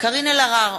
קארין אלהרר,